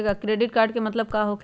Credit card के मतलब का होकेला?